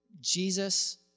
Jesus